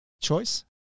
choice